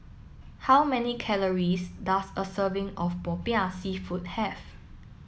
how many calories does a serving of Popiah Seafood have